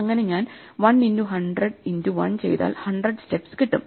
അങ്ങനെ ഞാൻ 1 into 100 into 1 ചെയ്താൽ 100 സ്റ്റെപ്സ് കിട്ടും